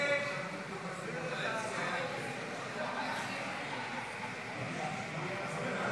הסתייגות 43 לא נתקבלה.